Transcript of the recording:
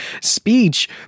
speech